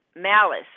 malice